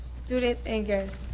students, and guests.